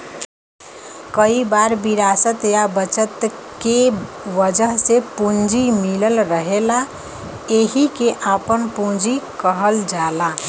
कई बार विरासत या बचत के वजह से पूंजी मिलल रहेला एहिके आपन पूंजी कहल जाला